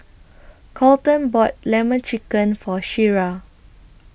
Colten bought Lemon Chicken For Shira